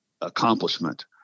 accomplishment